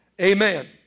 Amen